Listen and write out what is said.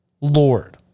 lord